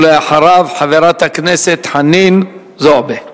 אחריו, חברת הכנסת חנין זועבי.